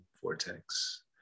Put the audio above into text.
Vortex